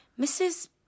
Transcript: mrs